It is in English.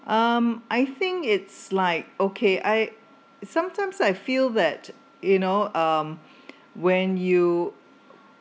um I think it's like okay I sometimes I feel that you know um when you